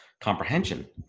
comprehension